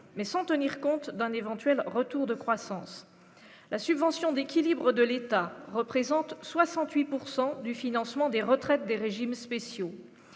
mais sans tenir compte d'un éventuel retour de croissance la subvention d'équilibre de l'État représentent 68 pourcent du financement des retraites des régimes spéciaux,